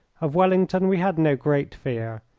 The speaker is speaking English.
of wellington we had no great fear.